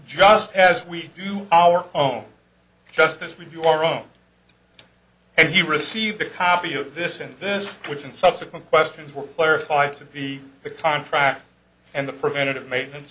just as we do our own justice we do our own and he received a copy of this and this which and subsequent questions were clarified to be the contract and the preventive maintenance